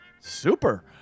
Super